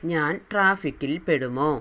ഞാൻ ട്രാഫിക്കിൽ പെടുമോ